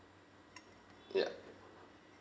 yup